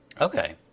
Okay